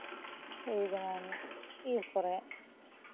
ᱮᱭ ᱡᱮᱢᱚᱱ ᱤᱨ ᱠᱚᱨᱮᱫ